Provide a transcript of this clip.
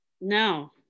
No